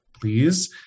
please